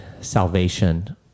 salvation